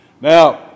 now